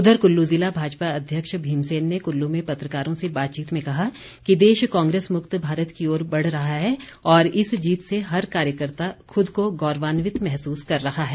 उधर कुल्लू ज़िला भाजपा अध्यक्ष भीमसेन ने कुल्लू में पत्रकारों से बातचीत में कहा कि देश कांग्रेस मुक्त भारत की ओर बढ़ रहा है और इस जीत से हर कार्यकर्ता खुद को गौरवान्वित महसूस कर रहा है